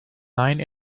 nine